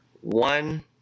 one